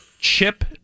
Chip